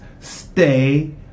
stay